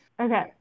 Okay